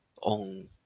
on